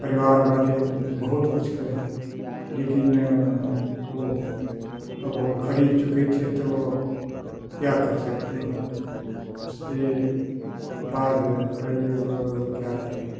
परिवार वाले बहुत कुछ कहे लेकिन हमको अब वो खरीद चुके थे तो अब क्या कर सकते हैं उसके बाद भाई अब क्या करें हम